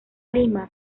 lima